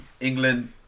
England